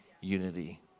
unity